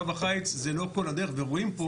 קו החיץ זה לא כל הדרך ורואים פה